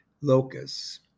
locus